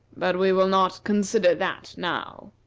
but we will not consider that now.